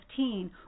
2015